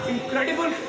incredible